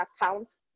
accounts